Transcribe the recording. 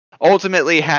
ultimately